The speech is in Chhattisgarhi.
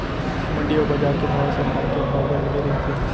मंडी अउ बजार के भाव ह सरकार के भाव ले अलगे रहिथे